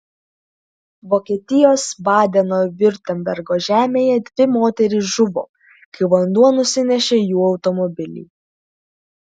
vokietijos badeno viurtembergo žemėje dvi moterys žuvo kai vanduo nusinešė jų automobilį